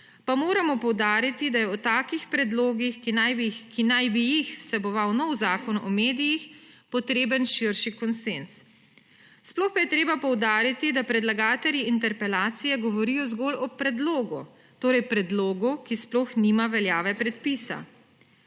pa moramo poudariti, da je o takih predlogih, ki naj bi jih vseboval nov Zakon o medijih, potreben širši konsenz. Sploh pa je treba poudariti, da predlagatelji interpelacije govorijo zgolj o predlogu; torej predlogu, ki sploh nima veljave predpisa.